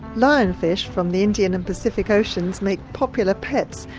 lionfish from the indian and pacific oceans make popular pets,